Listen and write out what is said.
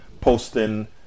posting